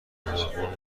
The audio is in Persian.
هورمون